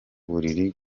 buriri